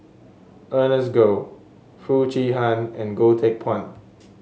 Ernest Goh Foo Chee Han and Goh Teck Phuan